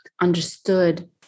understood